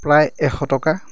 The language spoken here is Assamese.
প্ৰায় এশ টকা